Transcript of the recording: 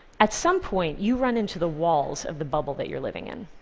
at some point you run into the walls of the bubble that you're living in.